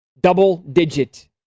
Double-digit